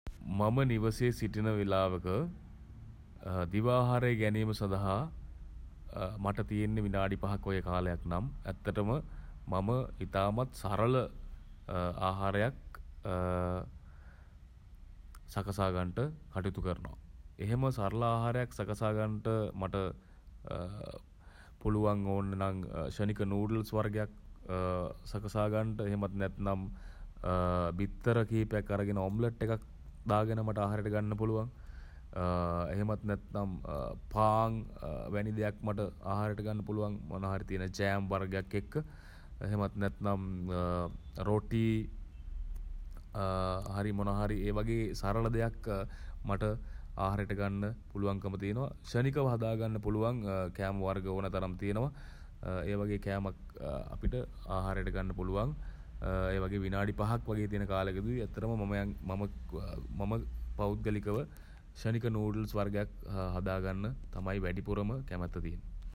මම නිවසේ සිටින වෙලාවක දිවා ආහාරය ගැනීම සඳහා මට තියෙන්නේ විනාඩි පහක් වගේ කාලයක් නම් ඇත්තටම මම ඉතාමත් සරල ආහාරයක් සකසා ගන්නට කටයුතු කරනවා. එහෙම සරල ආහාරයක් සකසා ගන්නට මට පුළුවන් ඕනනම් ක්ෂණික නූඩ්ල්ස් වර්ගයක් සකසා ගන්න. එහෙමත් නැත්නම් බිත්තර කිහිපයක් අරගෙන ඔම්ලට් එකක් දාගෙන මට ආහාරයට ගන්න පුළුවන්. එහෙමත් නැත්තම් පාන් වැනි දෙයක් මට ආහාරයට ගන්න පුළුවන් මොනා හරි තියෙන ජෑම් වර්ගයක් එක්ක. එහෙමත් නැත්නම් රොටී හරි මොනා හරි ඒ වගේ සරල දෙයක් මට ආහාරයට ගන්න පුළුවන්කම තියෙනවා. ක්ෂණිකව හදාගන්න පුළුවන් කෑම වර්ග ඕන තරම් තියෙනවා. ඒ වගේ කෑමක් අපිට ආහාරයට ගන්න පුළුවන්. ඒ වගේ විනාඩි පහක් වගේ තියෙන කලෙකදී ඇත්තටම මම පෞද්ගලිකව ක්ෂණික නූඩ්ල්ස් වර්ගයක් හදා ගන්න තමයි වැඩිපුරම කැමැත්ත තියෙන්නේ.